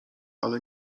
ale